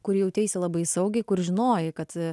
kur jauteisi labai saugiai kur žinojai kad